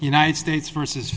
united states versus